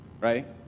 right